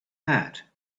hat